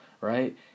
right